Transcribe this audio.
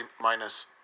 minus